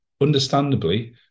understandably